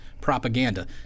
propaganda